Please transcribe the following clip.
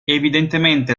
evidentemente